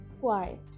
quiet